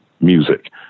music